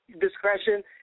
discretion